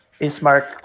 Ismark